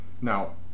Now